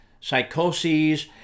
psychoses